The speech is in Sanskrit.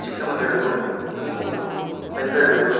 चिक्कमगळूरु तुमकूरु बेङ्गळूरु